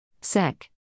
Sec